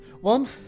One